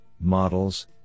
models